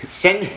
send